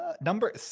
Number